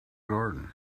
garden